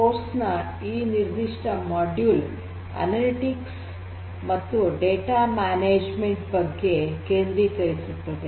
0 course ನ ಈ ನಿರ್ಧಿಷ್ಟ ಮಾಡ್ಯೂಲ್ ಅನಲಿಟಿಕ್ಸ್ ಮತ್ತು ಡೇಟಾ ನಿರ್ವಹಣೆ ಬಗ್ಗೆ ಕೇಂದ್ರೀಕರಿಸುತ್ತದೆ